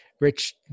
Rich